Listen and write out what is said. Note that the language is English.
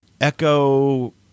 Echo